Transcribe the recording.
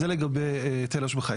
זה לגבי היטל השבחה.